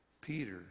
Peter